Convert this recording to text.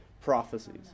prophecies